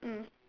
mm